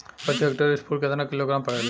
प्रति हेक्टेयर स्फूर केतना किलोग्राम परेला?